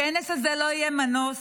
בכנס הזה לא יהיה מנוס,